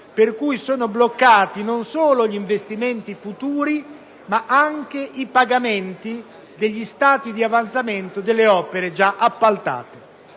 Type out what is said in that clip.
per cui sono bloccati non solo gli investimenti futuri, ma anche i pagamenti degli stati di avanzamento delle opere già appaltate.